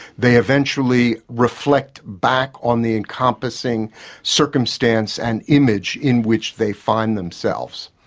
they eventually reflect back on the encompassing circumstance and image in which they find themselves.